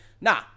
nah